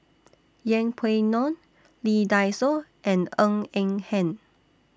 Yeng Pway Ngon Lee Dai Soh and Ng Eng Hen